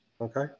okay